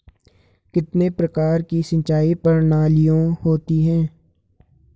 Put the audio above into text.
कितने प्रकार की सिंचाई प्रणालियों होती हैं?